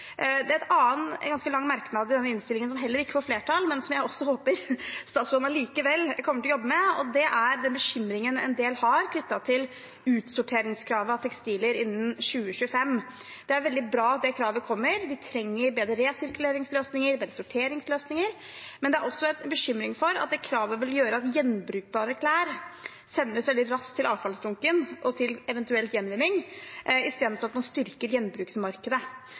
en annen, ganske lang merknad i denne innstillingen som heller ikke får flertall, men som jeg også håper statsråden allikevel kommer til å jobbe med, og det er bekymringen en del har knyttet til utsorteringskravet for tekstiler innen 2025. Det er veldig bra at det kravet kommer. Vi trenger bedre resirkuleringsløsninger, bedre sorteringsløsninger, men det er også bekymring for at kravet vil gjøre at gjenbrukbare klær sendes veldig raskt til avfallsdunken og eventuelt til gjenvinning, i stedet for at man styrker gjenbruksmarkedet.